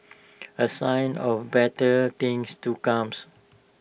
A sign of better things to comes